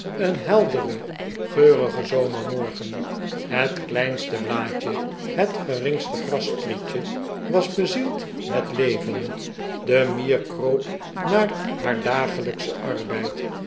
een heldere geurige zomermorgen het kleinste blaadje het geringste grassprietje was bezield met leven de mier kroop naar haar dagelijkschen arbeid